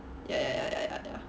ya ya ya ya ya